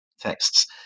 texts